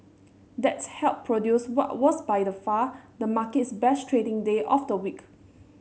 that helped produce what was by the far the market's best trading day of the week